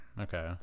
Okay